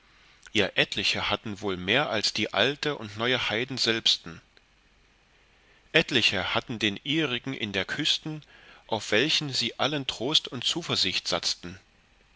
ja etliche hatten wohl mehr als die alte und neue heiden selbsten etliche hatten den ihrigen in der küsten auf welchen sie allen trost und zuversicht satzten